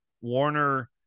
Warner